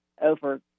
over